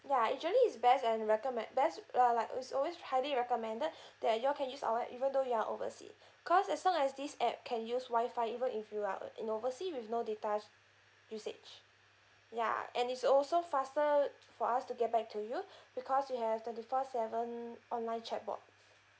ya usually is best and recommend best uh like is always highly recommended that you all can use our app even though you're oversea cause as long as this app can use wifi even if you are uh in oversea with no data usage ya and it's also faster for us to get back to you because we have twenty four seven online chat bot